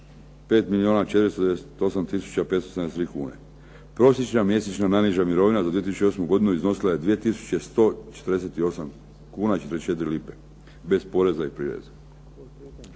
573 kune. Prosječna mjesečna najniža mirovina za 2008. godinu iznosila je 2148,44 kuna, bez poreza i prireza.